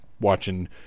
watching